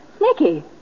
Nicky